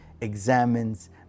examines